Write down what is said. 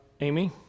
Amy